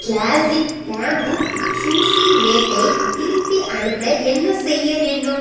classic bamboo sushi மேட்டை திருப்பி அனுப்ப என்ன செய்ய வேண்டும்